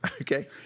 Okay